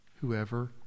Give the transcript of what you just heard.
whoever